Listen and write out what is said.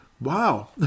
Wow